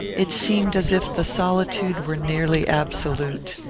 it seemed as if the solitude were nearly absolute.